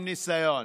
עם ניסיון.